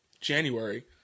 January